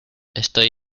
estoy